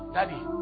Daddy